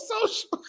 social